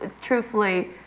truthfully